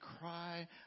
cry